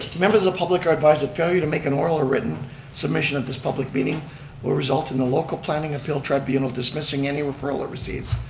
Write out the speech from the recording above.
members of the public are advised that failure to make an oral or written submission of this public meeting will result in the local planning a bill tribunal dismissing any referral it receives.